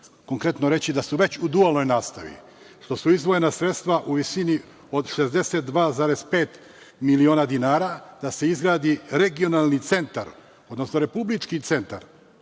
konkretno reći da su već u dualnoj nastavi, što su izdvojena sredstva u visini od 62,5 miliona dinara da se izgradi regionalni centar, odnosno republički centar,